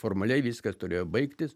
formaliai viskas turėjo baigtis